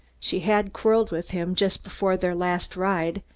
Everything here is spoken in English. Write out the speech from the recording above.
she had quarreled with him just before their last ride,